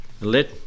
Let